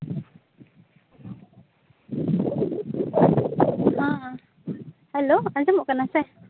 ᱦᱮᱸ ᱦᱮᱞᱳ ᱟᱸᱡᱚᱢᱚᱜ ᱠᱟᱱᱟ ᱥᱮ